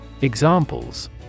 Examples